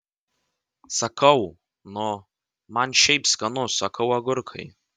sakau nu man šiaip skanu sakau agurkai